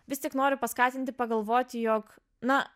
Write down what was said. vis tik noriu paskatinti pagalvoti jog na